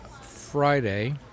Friday